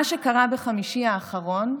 מה שקרה בחמישי האחרון,